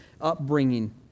upbringing